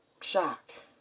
shocked